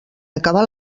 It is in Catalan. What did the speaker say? acabar